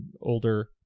older